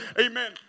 Amen